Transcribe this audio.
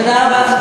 תודה רבה לך,